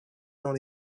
dans